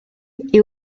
est